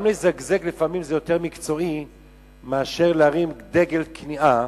לזגזג זה יותר מקצועי מאשר להרים דגל כניעה,